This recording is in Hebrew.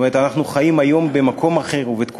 זאת אומרת,